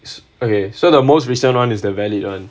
it's okay so the most recent one is the valid one